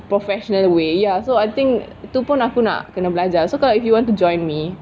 professional way ya so I think itu pun aku nak kena belajar so kalau if you want to join me